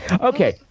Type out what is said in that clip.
Okay